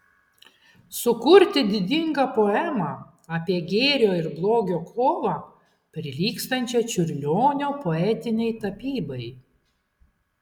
sukurti didingą poemą apie gėrio ir blogio kovą prilygstančią čiurlionio poetinei tapybai